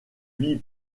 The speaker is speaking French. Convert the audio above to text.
vit